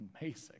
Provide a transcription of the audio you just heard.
amazing